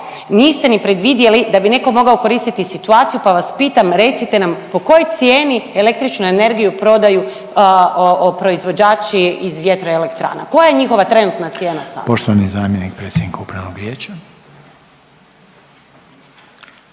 niste ni predvidjeli da bi netko mogao koristiti situaciju, pa vas pitam, recite nam, po kojoj cijeni električnu energiju prodaju proizvođači iz vjetroelektrana? Koja je njihova trenutna cijena sada? **Reiner, Željko (HDZ)** Poštovani zamjenik predsjednika Upravnog vijeća.